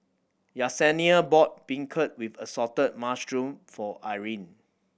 Yessenia bought beancurd with assorted mushroom for Irine